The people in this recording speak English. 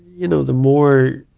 you know, the more,